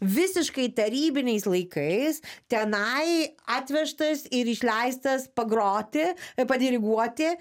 visiškai tarybiniais laikais tenai atvežtas ir išleistas pagroti padiriguoti